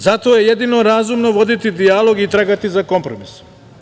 Zato je jedino razumno voditi dijalog i tragati za kompromisom.